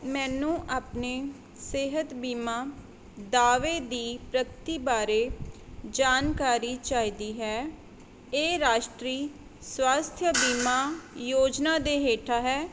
ਮੈਨੂੰ ਆਪਣੇ ਸਿਹਤ ਬੀਮਾ ਦਾਅਵੇ ਦੀ ਪ੍ਰਗਤੀ ਬਾਰੇ ਜਾਣਕਾਰੀ ਚਾਹੀਦੀ ਹੈ ਇਹ ਰਾਸ਼ਟਰੀ ਸਵਾਸਥਯ ਬੀਮਾ ਯੋਜਨਾ ਦੇ ਹੇਠਾਂ ਹੈ